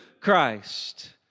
Christ